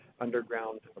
underground